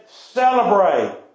celebrate